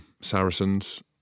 Saracens